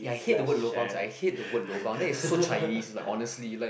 ya I hate the word lobang sia I hate the word lobang that is so Chinese like honestly like